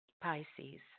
Pisces